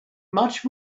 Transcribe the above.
much